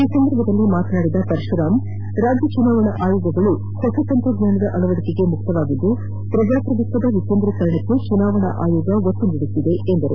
ಈ ಸಂದರ್ಭದಲ್ಲಿ ಮಾತನಾದಿದ ಪರಶುರಾಂ ರಾಜ್ಯ ಚುನಾವಣಾ ಆಯೋಗಗಳು ಹೊಸ ತಂತ್ರಜ್ಞಾನದ ಅಳವದಿಕೆಗೆ ಮುಕ್ತವಾಗಿದ್ದು ಪ್ರಜಾಪ್ರಭುತ್ವದ ವಿಕೇಂದ್ರಿಕರಣಕ್ಕೆ ಚುನಾವಣಾ ಅಯೋಗ ಒತ್ತು ನೀಡುತ್ತಿದೆ ಎಂದರು